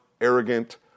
arrogant